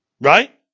Right